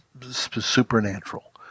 supernatural